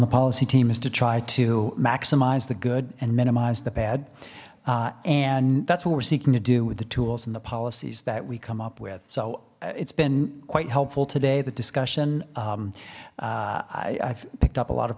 the policy team is to try to maximize the good and minimize the bad and that's what we're seeking to do with the tools and the policies that we come up with so it's been quite helpful today the discussion i picked up a lot of